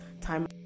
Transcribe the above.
time